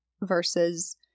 versus